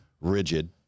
rigid